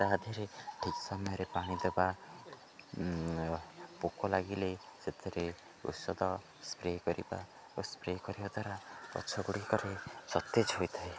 ତାଦିହରେ ଠିକ୍ ସମୟରେ ପାଣି ଦେବା ପୋକ ଲାଗିଲେ ସେଥିରେ ଔଷଧ ସ୍ପ୍ରେ କରିବା ଓ ସ୍ପ୍ରେ କରିବା ଦ୍ୱାରା ଗଛ ଗୁଡ଼ିକରେ ସତେଜ ହୋଇଥାଏ